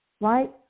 right